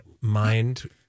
mind